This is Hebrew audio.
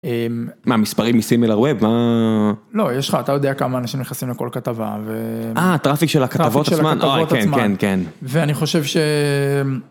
מה מספרים מסימילר וב? -לא יש לך, אתה יודע כמה אנשים נכנסים לכל כתבה... אה והטראפיק של הכתבות עצמן? -הטראפיק של הכתבות עצמן, אה, כן, כן, כן -ואני חושב ש...